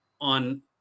on